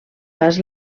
pas